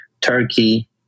Turkey